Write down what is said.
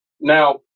Now